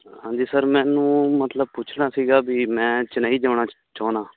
ਹਾਂਜੀ ਸਰ ਮੈਨੂੰ ਮਤਲਬ ਪੁੱਛਣਾ ਸੀਗਾ ਵੀ ਮੈਂ ਚੇਨੱਈ ਜਾਣਾ ਚਾਹੁੰਦਾ